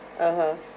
(uh huh)